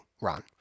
Ron